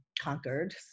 conquered